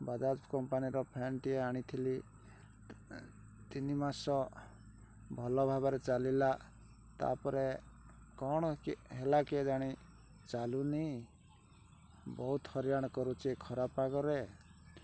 ବାଜାଜ୍ କମ୍ପାନୀର ଫ୍ୟାନ୍ଟିଏ ଆଣିଥିଲି ତିନି ମାସ ଭଲ ଭାବରେ ଚାଲିଲା ତା'ପରେ କ'ଣ କି ହେଲା କେଜାଣି ଚାଲୁନି ବହୁତ ହଇରାଣ କରୁଛି ଖରା ପାଗରେ